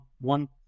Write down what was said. one